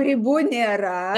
ribų nėra